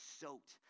soaked